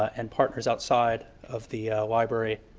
and partners outside of the library,